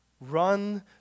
run